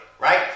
right